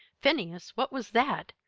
phineas, what was that?